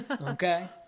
Okay